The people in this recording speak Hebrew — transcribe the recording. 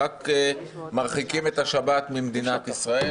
רק מרחיקים את השבת ממדינת ישראל.